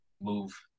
move